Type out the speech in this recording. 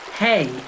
Hey